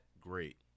great